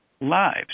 lives